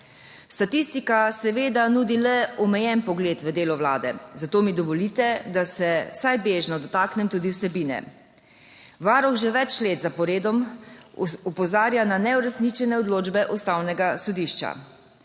Statistika seveda nudi le omejen pogled v delo Vlade, zato mi dovolite, da se vsaj bežno dotaknem tudi vsebine. Varuh že več let zaporedoma opozarja na neuresničene odločbe Ustavnega sodišča.